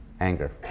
Anger